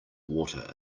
water